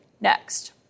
next